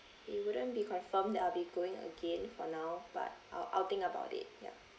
it wouldn't be confirmed that I'll be going again for now but I'll I'll think about it ya